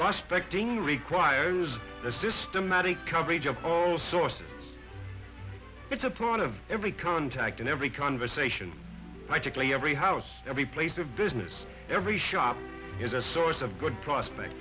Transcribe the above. prospect a new requires a systematic coverage of all sources it's a part of every contact and every conversation psychically every house every place of business every shop is a source of good prospects